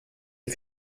les